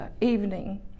evening